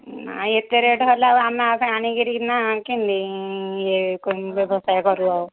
ନାଇ ଏତେ ରେଟ୍ ହେଲେ ଆଉ ଆମେ କାହିଁ ଆଣି କିରିକିନା କିମିତି ଇଏ ବ୍ୟବସାୟ କରିବୁ ଆଉ